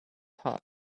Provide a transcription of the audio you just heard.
heart